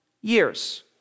years